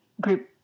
group